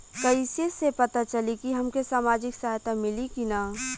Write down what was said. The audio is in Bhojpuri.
कइसे से पता चली की हमके सामाजिक सहायता मिली की ना?